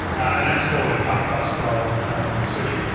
and that's called a cut bus style switching.